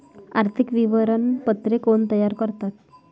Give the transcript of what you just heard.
आर्थिक विवरणपत्रे कोण तयार करतात?